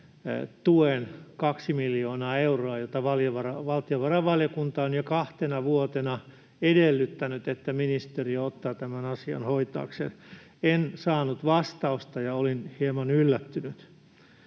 tuen, 2 miljoonaa euroa, josta valtiovarainvaliokunta on jo kahtena vuotena edellyttänyt, että ministeriö ottaa asian hoitaakseen. En saanut vastausta, ja olin hieman yllättynyt.